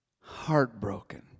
heartbroken